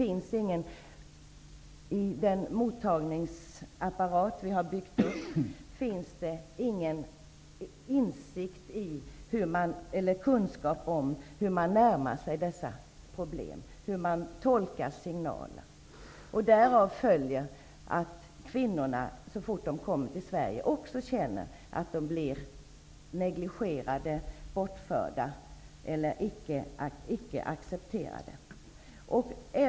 I den mottagningsapparat som vi har byggt upp finns det ingen insikt i eller kunskap om hur man närmar sig dessa problem och tolkar signaler. Därav följer att kvinnorna, så fort de kommer till Sverige, också känner att de blir negligerade och inte accepterade.